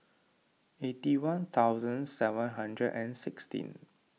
eighty one thousand seven hundred and sixteen